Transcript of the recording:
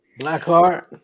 Blackheart